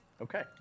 Okay